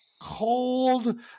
cold